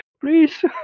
please